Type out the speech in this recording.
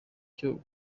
cyo